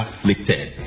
afflicted